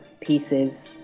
pieces